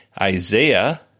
Isaiah